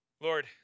Lord